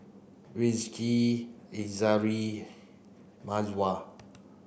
Rizqi Izzara Mawar